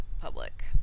public